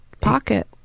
pocket